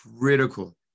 critical